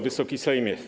Wysoki Sejmie!